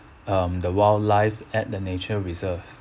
um the wildlife at the nature reserve